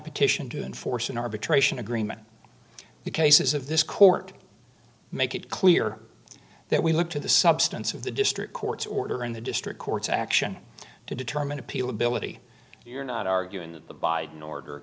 petition to enforce an arbitration agreement the cases of this court make it clear that we look to the substance of the district court's order in the district courts action to determine appeal ability you're not arguing that the biden order